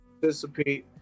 participate